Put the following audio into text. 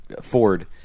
Ford